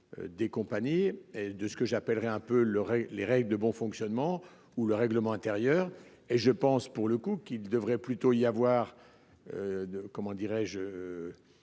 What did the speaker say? Des compagnies de ce que j'appellerais un peu le, les règles de bon fonctionnement ou le règlement intérieur et je pense, pour le coup qu'il devrait plutôt y avoir. De comment dirais-je.